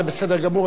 זה בסדר גמור.